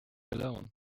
alone